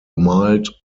mild